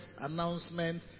announcement